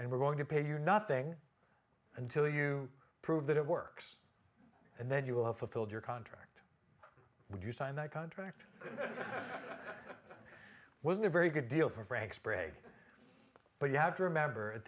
and we're going to pay your nothing until you prove that it works and then you will have fulfilled your contract when you sign that contract was a very good deal for frank sprague but you have to remember at